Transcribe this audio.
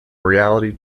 reality